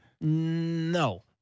No